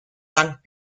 sankt